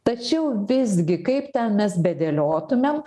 tačiau visgi kaip ten mes bedėliotumėm